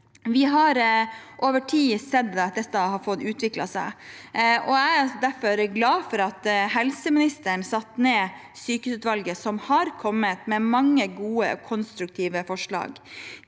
Vi har over tid sett at dette har fått utvikle seg. Jeg er derfor glad for at helseministeren satte ned sykehusutvalget, som har kommet med mange gode, konstruktive forslag.